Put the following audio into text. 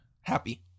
Happy